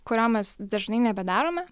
kurio mes dažnai nebedarome